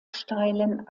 steilen